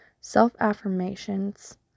Self-affirmations